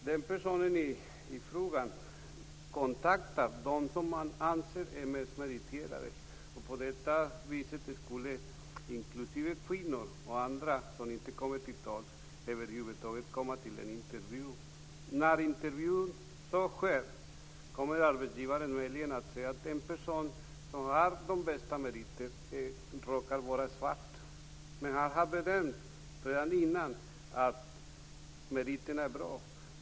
Den personen kontaktar dem som man anser är mest meriterade. På detta vis skulle även kvinnor och andra komma till tals som annars över huvud taget inte skulle komma till en intervju. När intervjun så sker kommer arbetsgivaren möjligen att se att en person som har de bästa meriterna råkar vara svart. Men man har redan innan bedömt att meriterna är bra.